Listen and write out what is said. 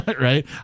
right